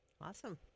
awesome